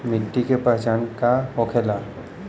मिट्टी के पहचान का होखे ला?